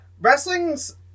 wrestling's